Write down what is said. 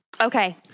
Okay